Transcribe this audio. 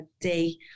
day